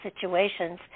situations